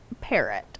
parrot